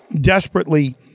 desperately